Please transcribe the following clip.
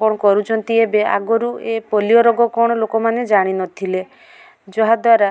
କ'ଣ କରୁଛନ୍ତି ଏବେ ଆଗରୁ ଏ ପୋଲିଓ ରୋଗ କ'ଣ ଲୋକମାନେ ଜାଣିନଥିଲେ ଯାହା ଦ୍ବାରା